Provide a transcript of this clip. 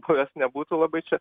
buvęs nebūtų labai čia